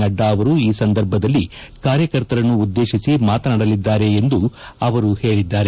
ನಡ್ಡಾ ಅವರೂ ಈ ಸಂದರ್ಭದಲ್ಲಿ ಕಾರ್ಯಕರ್ತರನ್ನು ಉದ್ದೇಶಿಸಿ ಮಾತನಾಡಲಿದ್ದಾರೆ ಎಂದು ಅವರು ತಿಳಿಸಿದ್ದಾರೆ